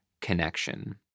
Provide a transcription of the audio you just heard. connection